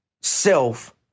self